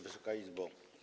Wysoka Izbo!